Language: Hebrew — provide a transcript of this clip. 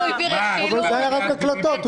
אבל זה היה רק הקלטות.